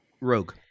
Rogue